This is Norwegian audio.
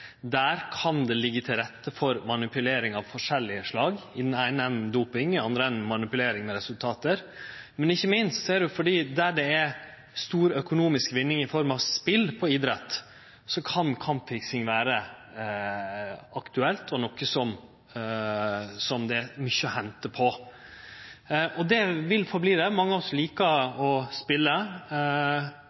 kan det liggje til rette for manipulering av forskjellig slag – i den eine enden doping, i den andre enden manipulering av resultat. Men ikkje minst der det er stor økonomisk vinning i form av spel på idrett, kan kampfiksing vere aktuelt og noko det er mykje å hente på. Og det vil fortsetje å vere der: Mange av oss likar å spele,